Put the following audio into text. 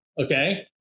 okay